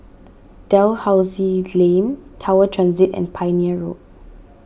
Dalhousie Lane Tower Transit and Pioneer Road